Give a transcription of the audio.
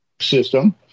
System